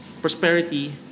prosperity